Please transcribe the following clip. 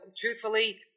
truthfully